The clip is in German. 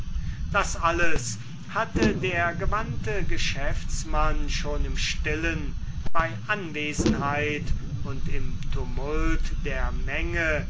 das alles hatte der gewandte geschäftsmann schon im stillen bei anwesenheit und im tumult der menge